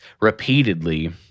repeatedly